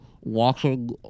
watching